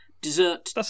Dessert